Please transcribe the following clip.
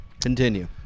Continue